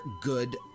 good